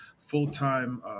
full-time